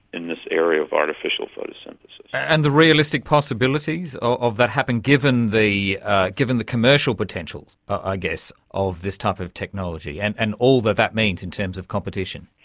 in this area of artificial photosynthesis. and the realistic possibilities of that happening, given the given the commercial potential i guess of this type of technology and and all that that means in terms of competition?